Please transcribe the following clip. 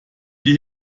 die